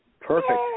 Perfect